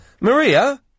Maria